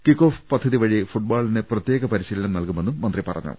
kickoff പദ്ധതി വഴി ഫുട്ബോളിന് പ്രത്യേക പരിശീലനം നൽകുമെന്നും മന്ത്രി പറഞ്ഞു